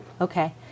Okay